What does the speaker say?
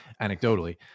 anecdotally